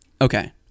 Okay